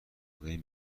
دارین